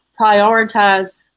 prioritize